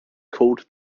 called